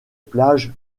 plage